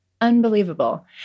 Unbelievable